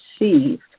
receive